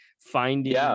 finding